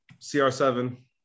CR7